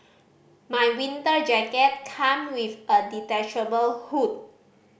my winter jacket come with a detachable hood